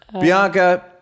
Bianca